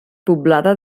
poblada